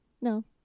no